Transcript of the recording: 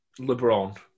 LeBron